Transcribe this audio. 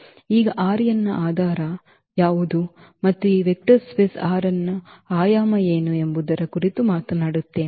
ಈಗ ನಾವು ನ ಆಧಾರ ಯಾವುದು ಮತ್ತು ಈ ವೆಕ್ಟರ್ ಸ್ಪೇಸ್ ನ ಆಯಾಮ ಏನು ಎಂಬುದರ ಕುರಿತು ಮಾತನಾಡುತ್ತೇವೆ